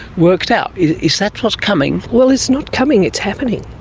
worked out. is that what's coming? well, it's not coming, it's happening.